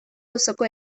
auzoko